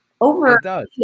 over